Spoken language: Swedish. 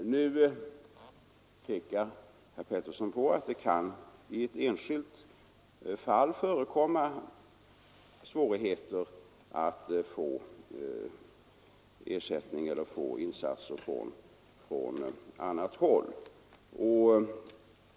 Nu pekar herr Pettersson på att det i ett enskilt fall kan förekomma svårigheter att få ersättning eller att påkalla insatser från annat håll.